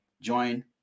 join